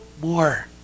more